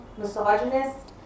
misogynist